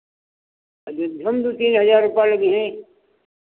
अयोध्या में दो तीन हज़ार रुपये लगिहें